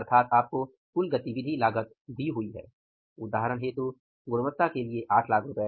अर्थात आपको कुल गतिविधि लागत दी हुई है उदाहरण के लिए गुणवत्ता हेतु 800000